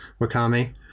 wakami